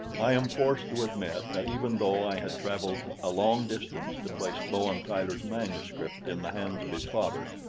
i am forced to admit that even though i had traveled a long distance to place bowen tyler's manuscript in the hands of his father,